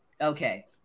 okay